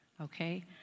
okay